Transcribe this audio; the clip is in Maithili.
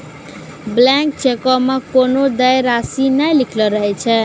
ब्लैंक चेको मे कोनो देय राशि नै लिखलो रहै छै